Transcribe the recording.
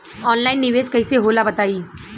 Online निवेस कइसे होला बताईं?